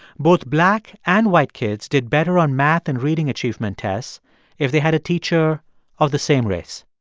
both black and white kids did better on math and reading achievement tests if they had a teacher of the same race